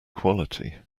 quality